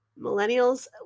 millennials